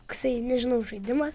koksai nežinau žaidimas